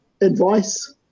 advice